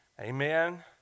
amen